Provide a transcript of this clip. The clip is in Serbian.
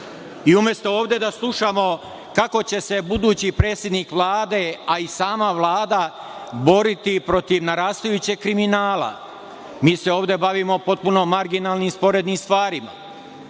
Umesto ovde da slušamo kako će se budući predsednik Vlade, a i sama Vlada boriti protiv narastajućeg kriminala, mi se ovde bavimo potpuno marginalnim, sporednim stvarima. Da